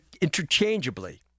interchangeably